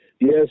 Yes